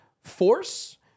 force